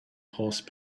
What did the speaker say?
horse